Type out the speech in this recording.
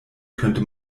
könnte